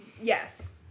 Yes